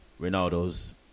Ronaldo's